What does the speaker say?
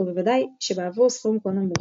ובוודאי שבעבור סכום כה נמוך.